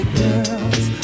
girls